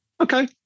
Okay